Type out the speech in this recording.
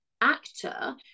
actor